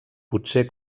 potser